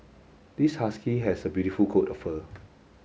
this husky has a beautiful coat of fur